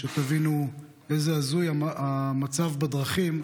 כדי שתבינו איזה הזוי המצב בדרכים,